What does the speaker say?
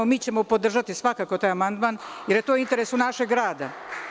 Mi ćemo podržati svakako taj amandman jer je to u interesu našeg grada.